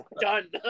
done